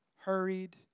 hurried